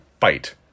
fight